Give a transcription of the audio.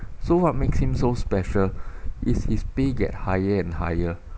so what makes him so special is his pay get higher and higher